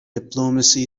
diplomacy